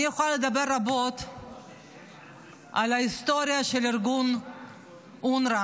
אני יכולה לדבר רבות על ההיסטוריה של ארגון אונר"א.